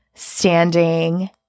Standing